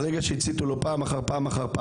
ברגע שהציתו לו פעם אחר פעם,